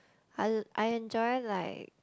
I I enjoy like